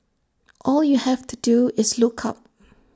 all you have to do is look up